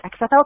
XFL